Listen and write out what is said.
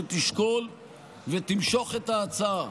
שתשקול ותמשוך את ההצעה.